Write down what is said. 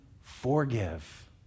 forgive